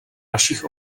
našich